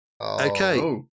Okay